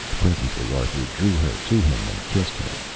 presently arthur drew her to him and kissed her.